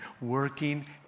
working